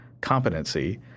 competency